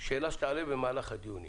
שאלה שתעלה במהלך הדיונים